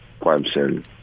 Clemson